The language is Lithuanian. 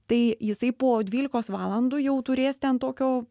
tai jisai po dvylikos valandų jau turės ten tokio